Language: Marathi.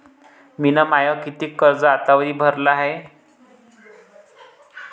मिन माय कितीक कर्ज आतावरी भरलं हाय?